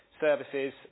services